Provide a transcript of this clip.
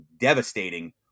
devastating